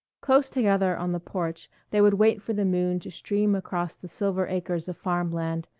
close together on the porch they would wait for the moon to stream across the silver acres of farmland,